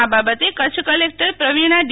આ બાબતે Kutch collector Pravina D